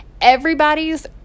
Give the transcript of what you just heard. everybody's